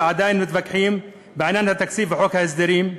ועדיין מתווכחים בעניין התקציב וחוק ההסדרים?